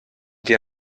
wir